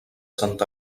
sant